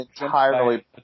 entirely